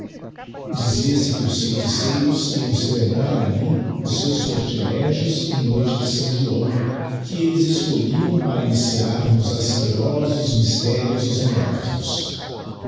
dizia-se que os feiticeiros iam celebrar alli os seus sortilégios era noite de s joão qn digiti zedby google elles escolhiam para iniciar nos asquerosos mysterios os